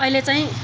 अहिले चाहिँ